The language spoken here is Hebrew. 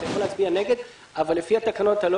אתה יכול להצביע נגד אבל לפי התקנון אתה לא